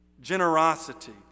generosity